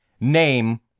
Name